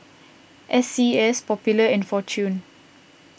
S C S Popular and fortune